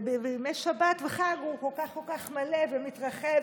ובימי שבת וחג הוא כל כך מלא ומתרחב,